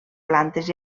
plantes